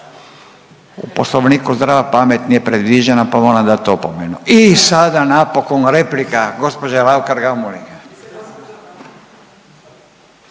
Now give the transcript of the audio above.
U Poslovniku zdrava pamet nije predviđena i sada napokon replika gospođa Raukar Gamulin.